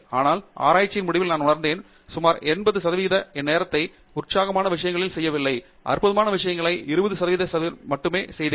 ஆனால் ஆராய்ச்சியின் முடிவில் நான் உணர்ந்தேன் சுமார் 80 என் நேரத்தை உற்சாகமான விஷயங்களைச் செய்யவில்லை அற்புதமான விஷயங்களை 20 சதவிகிதம் மட்டுமே செய்தேன்